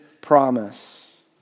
promise